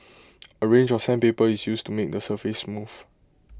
A range of sandpaper is used to make the surface smooth